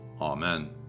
Amen